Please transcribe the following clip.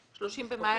30 במאי.